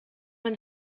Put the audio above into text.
man